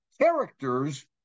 characters